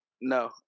No